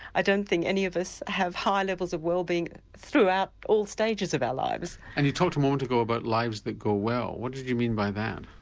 i don't think any of us have high levels of wellbeing throughout all stages of our lives. and you talked a moment ago about lives that go well, what did you mean by that?